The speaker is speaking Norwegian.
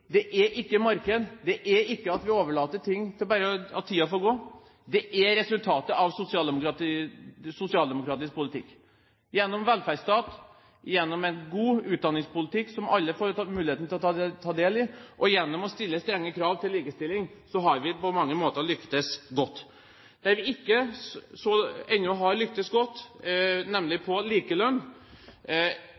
Det er ikke markedet, det er ikke at vi overlater ting til seg selv og bare lar tiden få gå. Det er et resultat av sosialdemokratisk politikk. Gjennom velferdsstaten, gjennom en god utdanningspolitikk som alle får muligheten til å nyte godt av, og gjennom å stille strenge krav til likestilling har vi på mange måter lyktes godt. Der vi ennå ikke har lyktes godt, nemlig